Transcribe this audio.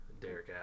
Derek